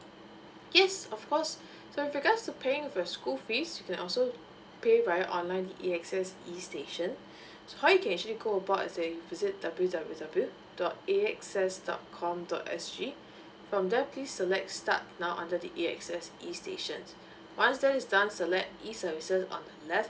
yes of course so with regards to paying for the school fees you can also pay via online the a x s e station so how you can actually go about is that you visit w w w dot a x s dot com dot sg from there please select start now under the a x s e stations once that is done select e services on the left